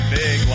big